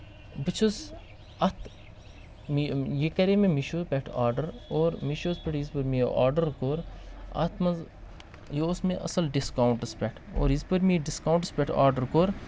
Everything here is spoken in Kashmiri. بہٕ چھُس اَتھ یہِ کَرے مےٚ میٚشوٗ پٮ۪ٹھ آرڈر اور مِشوٗوس پٮ۪ٹھ یِتھ پٲٹھۍ مےٚ یہِ آرڈر کوٚر اَتھ منٛز یہِ اوس مےٚ اَصٕل ڈِسکونٹس پٮ۪ٹھ اور یِتھ پٲٹھۍ مےٚ یہِ ڈِسکونٹس پٮ۪ٹھ آرڈر کوٚر